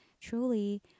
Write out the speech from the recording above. truly